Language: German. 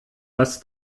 was